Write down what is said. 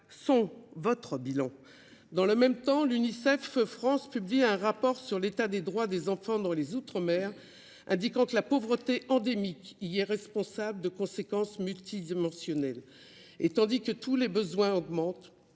ministres ! Dans le même temps, l’Unicef France publie un rapport sur l’état des droits des enfants dans les outre mer, où il est indiqué que « la pauvreté endémique [y est] responsable de conséquences multidimensionnelles ». Or, tandis que tous les besoins augmentent,